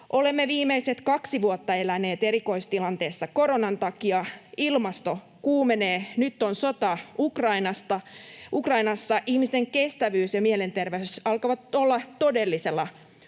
Olemme viimeiset kaksi vuotta eläneet erikoistilanteessa koronan takia, ilmasto kuumenee, nyt on sota Ukrainassa, ihmisten kestävyys ja mielenterveys alkavat olla todellisella koetuksella.